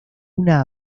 una